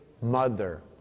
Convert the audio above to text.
mother